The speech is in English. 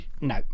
No